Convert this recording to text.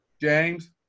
James